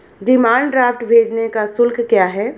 Demand draft भेजने का शुल्क क्या है?